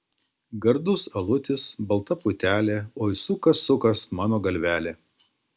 gardus alutis balta putelė oi sukas sukas mano galvelė